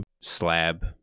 slab